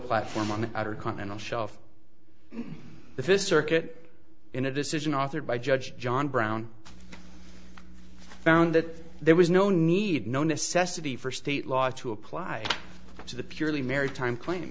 platform on the outer continental shelf the first circuit in a decision authored by judge john brown found that there was no need no necessity for state law to apply to the purely maritime cl